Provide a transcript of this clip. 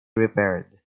repaired